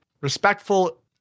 Respectful